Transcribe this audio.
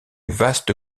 vaste